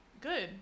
Good